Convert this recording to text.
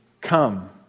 come